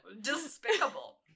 Despicable